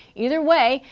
either way.